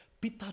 Peter